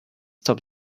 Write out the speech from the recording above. stop